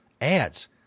ads